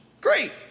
great